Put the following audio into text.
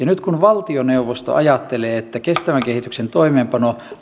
nyt kun valtioneuvosto ajattelee että kestävän kehityksen toimeenpano